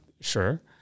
Sure